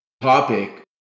topic